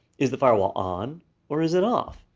is the firewall on or is it off?